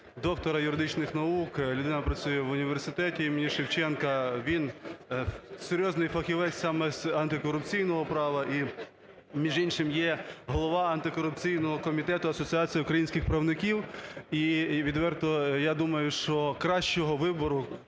доктора юридичних наук. Людина працює в університеті імені Шевченка. Він серйозний фахівець саме з антикорупційного права і між іншим є головою Антикорупційного комітету Асоціації українських правників. І відверто, я думаю, що кращого вибору,